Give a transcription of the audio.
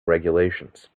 regulations